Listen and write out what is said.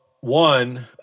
one